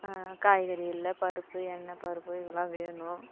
காய்கறி இல்லை பருப்பு எண்ணெய் பருப்பு இதலாம் வேணும்